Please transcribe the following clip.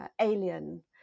alien